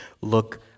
look